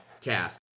cast